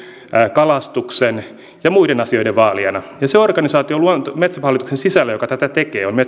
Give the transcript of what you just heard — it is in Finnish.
kalastuksen ja muiden asioiden vaalijana ja se organisaatio metsähallituksen sisällä joka tätä tekee on